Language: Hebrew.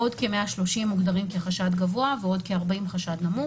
עוד כ-130 מוגדרים כחשד גבוה ועוד כ-40 חשד נמוך.